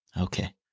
Okay